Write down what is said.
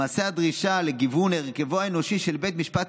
למעשה הדרישה לגיוון הרכבו האנושי של בית המשפט